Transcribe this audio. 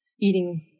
eating